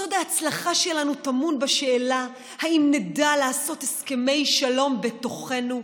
סוד ההצלחה שלנו טמון בשאלה אם נדע לעשות הסכמי שלום בתוכנו,